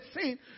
sin